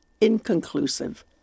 inconclusive